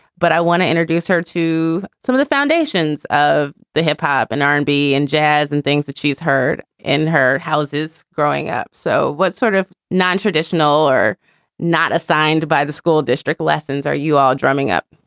but i want to introduce her to some of the foundations of the hip hop and r and b and jazz and things that she's heard in her houses growing up so what sort of non-traditional or not assigned by the school district lessons are you all drumming up?